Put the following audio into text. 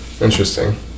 interesting